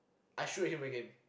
I shoot him again